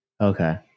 Okay